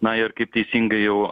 na ir kaip teisingai jau